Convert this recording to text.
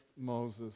Moses